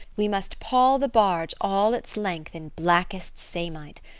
we must pall the barge all its length in blackest samite.